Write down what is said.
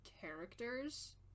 characters